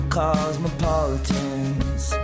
cosmopolitans